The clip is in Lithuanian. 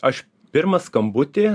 aš pirmą skambutį